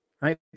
right